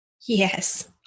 Yes